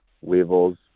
weevils